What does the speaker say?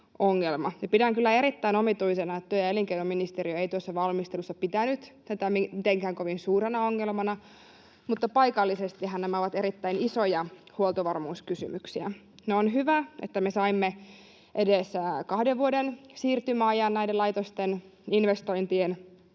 Pidän kyllä erittäin omituisena, että työ‑ ja elinkeinoministeriö ei tuossa valmistelussa pitänyt tätä mitenkään kovin suurena ongelmana, mutta paikallisestihan nämä ovat erittäin isoja huoltovarmuuskysymyksiä. On hyvä, että me saimme edes kahden vuoden siirtymäajan näiden laitosten investointien osalta,